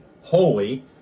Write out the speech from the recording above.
holy